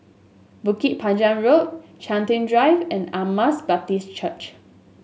Bukit Panjang Road Chiltern Drive and Emmaus Baptist Church